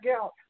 out